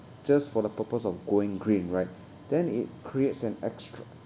just for the purpose of going green right then it creates an extra